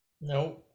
No